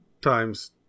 times